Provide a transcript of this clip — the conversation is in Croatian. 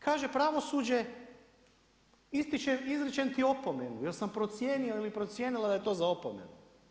Kaže pravosuđe izričem ti opomenuo, jer sam procijenio ili procijenila da je to za opomenu.